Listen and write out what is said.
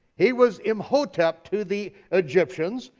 he was imhotep to the egyptians,